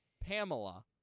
Pamela